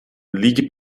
ligue